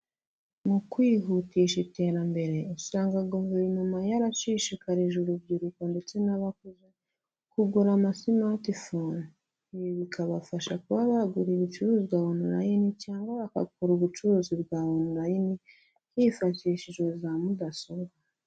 Mu kwihutisha iterambere usanga guverinoma yarashishikarije urubyiruko ndetse n'abakoze kugura amasimatifoni, ibi bikabafasha kuba baguriye ibicuruzwa onulayini cyangwa bagagura ubucuruzi bwa onulayini hifashishijwe za mudasobwa.